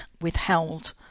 withheld